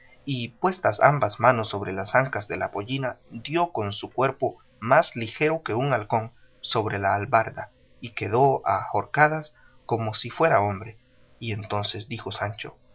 y puestas ambas manos sobre las ancas de la pollina dio con su cuerpo más ligero que un halcón sobre la albarda y quedó a horcajadas como si fuera hombre y entonces dijo sancho